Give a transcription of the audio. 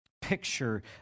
picture